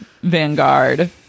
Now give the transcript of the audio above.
Vanguard